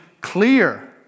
clear